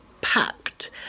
packed